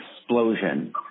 explosion